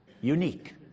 unique